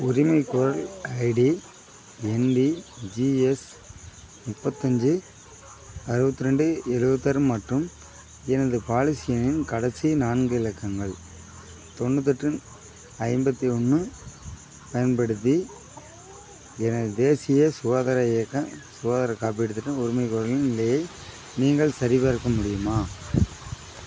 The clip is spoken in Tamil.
உரிமைக்கோரல் ஐடி என்டிஜிஎஸ் முப்பத்தஞ்சு அறுபத்தி ரெண்டு இருபத்தாறு மற்றும் எனது பாலிசி எண்ணின் கடைசி நான்கு இலக்கங்கள் தொண்ணூத்தெட்டு ஐம்பத்து ஒன்று பயன்படுத்தி எனது தேசிய சுகாதார இயக்கம் சுகாதார காப்பீட்டு திட்டம் உரிமைக்கோரலின் நிலையை நீங்கள் சரிபார்க்க முடியுமா